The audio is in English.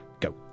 Go